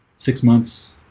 six months.